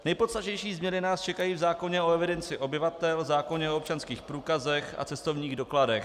Nejpodstatnější změny nás čekají v zákoně o evidenci obyvatel, zákoně o občanských průkazech a cestovních dokladech.